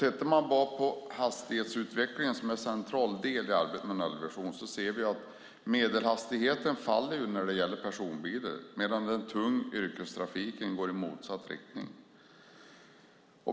Tittar vi på hastighetsutvecklingen som är en central del i arbetet med nollvisionen ser vi att medelhastigheten faller när det gäller personbilar medan den tunga yrkestrafiken går i motsatt riktning.